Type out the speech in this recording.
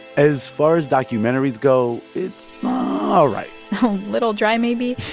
as far as documentaries go, it's all right a little dry, maybe.